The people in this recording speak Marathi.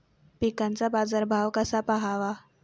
पिकांचा बाजार भाव कसा पहावा?